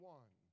one